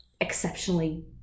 exceptionally